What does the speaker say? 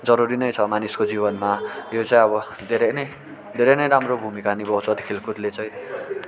जरुरी नै छ मानिसको जीवनमा यो चाहिँ अब धेरै नै धेरै नै राम्रो भूमिका निभाउँछ त्यो खेलकुदले चाहिँ